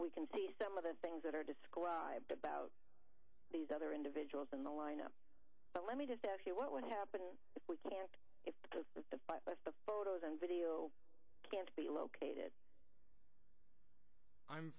we can see some of the things that are described about these other individuals in the lineup but let me just ask you what would happen if we can't if the photos and video can't be located i'm